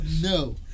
No